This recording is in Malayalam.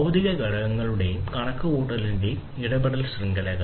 ഭൌതിക ഘടകങ്ങളുടെയും കണക്കുകൂട്ടലിന്റെയും ഇടപെടൽ ശൃംഖലകൾ